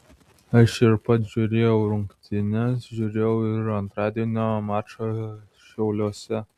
aš ir pats žiūrėjau rungtynes žiūrėjau ir antradienio mačą šiauliuose